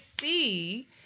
see